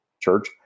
church